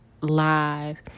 live